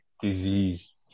disease